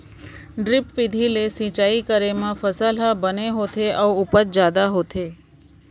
drip बिधि ले सिंचई करे म फसल ह बने होथे अउ उपज जादा होथे